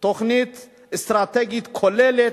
תוכנית אסטרטגית כוללת,